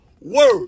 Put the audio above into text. word